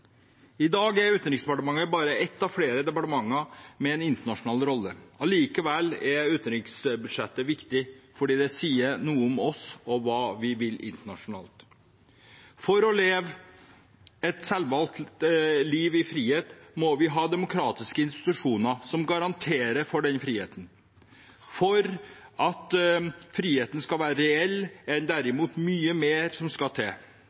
I dag er Utenriksdepartementet bare ett av flere departementer med en internasjonal rolle. Allikevel er utenriksbudsjettet viktig, for det sier noe om oss og hva vi vil internasjonalt. For å leve et selvvalgt liv i frihet må vi ha demokratiske institusjoner som garanterer for den friheten. For at friheten skal være reell, er det derimot mye mer som skal til.